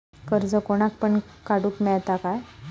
कर्ज कोणाक पण काडूक मेलता काय?